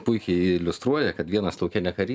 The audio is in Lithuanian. puikiai iliustruoja kad vienas lauke ne karys